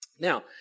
Now